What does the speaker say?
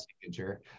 signature